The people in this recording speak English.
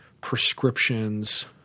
prescriptions